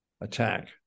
attack